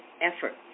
effort